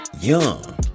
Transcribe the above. young